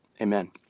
Amen